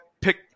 pick